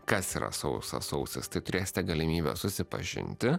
kas yra sausas sausis tai turėsite galimybę susipažinti